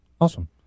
Awesome